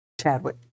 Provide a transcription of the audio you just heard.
Chadwick